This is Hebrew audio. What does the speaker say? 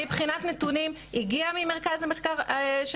מבחינת נתונים הגיע ממרכז המחקר של